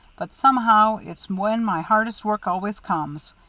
but somehow it's when my hardest work always comes.